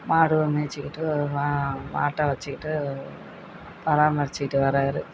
மாடுவோ மேய்ச்சிக்கிட்டு வா மாட்டை வச்சுக்கிட்டு பராமரிச்சுக்கிட்டு வரார்